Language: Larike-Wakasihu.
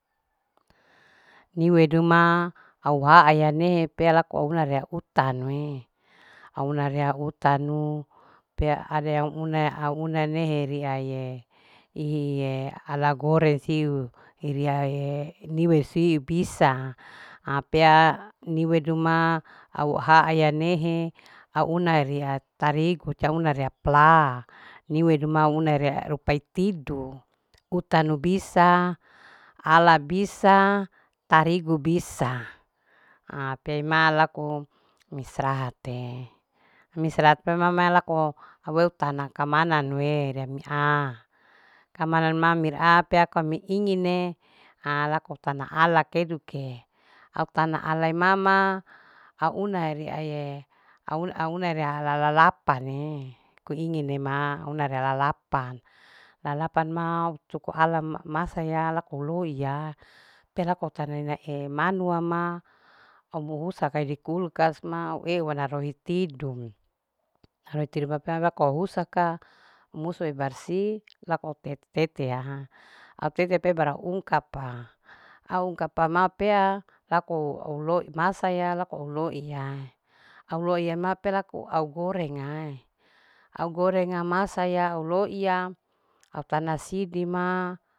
Niwe duma au ha a ya ne pea lakuau una rea utanue. auna re utanu pea au urea une a une nehe ria iyee ala goreng siu iria ye niwe si bisa ha peaa niwe duma au haaya nehe au una ria tarigu. au una ria pla niwe du mauna rupai tidu utanu bisa ala bisa tarigu bisa ha peima laku mistrahate mi istirahat te mama laku weu tana kama nue amia kamana ma minaa apea kami ingine ha laku tana ala keduke au tana ala wei mama au na ria ae au na rea ha lalapane ku ingin nema una re lalapan. lalapan ma suko ala masaya lako loiya pelako tanae manua ma amo husa kaya di kaya di kulkas ma au eu laroi tidu, roi tidu baka lako usa ka musue barsih lakou teteya autete pei bara ugkap a au ungkap pama pea lako au loi masaya. lako au loiya. au loiya mape laku au gorenga au gorenga masaya au loiya a tana sidi ma